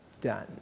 done